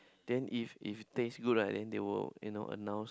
then if if taste good right then they will you know announce